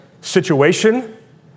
situation